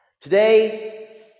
Today